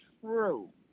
true